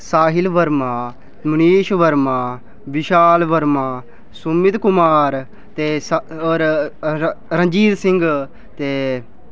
साहिल वर्मा मनीष वर्मा विशाल वर्मा सुमित कुमार ते सक होर रंजीत सिंह ते